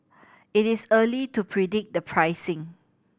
it is early to predict the pricing